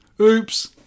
Oops